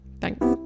Thanks